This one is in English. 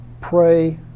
pray